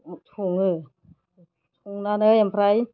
सङो संनानै ओमफ्राय